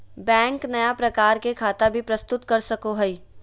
bank नया प्रकार के खता भी प्रस्तुत कर सको हइ